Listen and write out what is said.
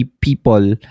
people